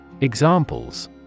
Examples